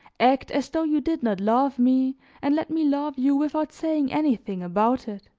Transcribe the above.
act as though you did not love me and let me love you without saying anything about it.